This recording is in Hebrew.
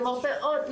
למרפאות,